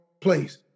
place